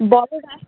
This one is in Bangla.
বড়ো রাস্তা